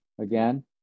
Again